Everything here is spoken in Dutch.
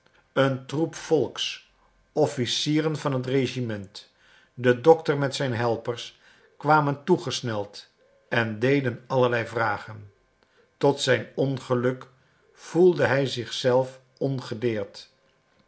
een troep volks officieren van het regiment de dokter met zijn helpers kwamen toegesneld en deden allerlei vragen tot zijn ongeluk voelde hij